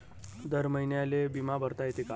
दर महिन्याले बिमा भरता येते का?